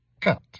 cut